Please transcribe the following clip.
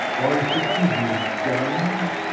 i forgive you, james.